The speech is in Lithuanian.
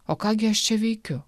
o ką gi aš čia veikiu